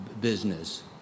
business